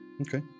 Okay